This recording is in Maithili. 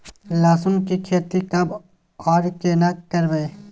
लहसुन की खेती कब आर केना करबै?